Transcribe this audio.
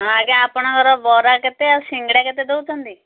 ହଁ ଆଜ୍ଞା ଆପଣଙ୍କର ବରା କେତେ ଆଉ ସିଙ୍ଗଡ଼ା କେତେ ଦେଉଛନ୍ତି